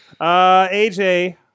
AJ